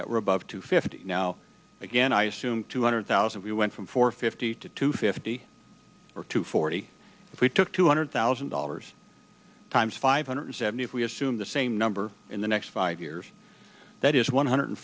that were above to fifty now again i assume two hundred thousand we went from for fifty to to fifty or to forty if we took two hundred thousand dollars times five hundred seventy if we assume the same number in the next five years that is one hundred